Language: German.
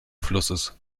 flusses